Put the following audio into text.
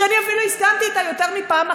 שאני אפילו הסכמתי לה יותר מפעם אחת.